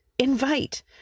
Invite